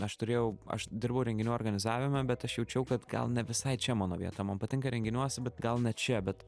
aš turėjau aš dirbau renginių organizavime bet aš jaučiau kad gal ne visai čia mano vieta man patinka renginiuose bet gal ne čia bet